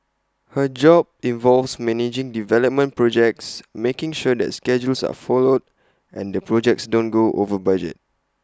her job involves managing development projects making sure that schedules are followed and the projects don't go over budget